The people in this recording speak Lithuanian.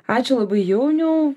ačiū labai jauniau